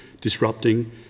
disrupting